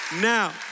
Now